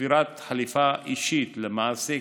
תפירת "חליפה אישית" למעסיק,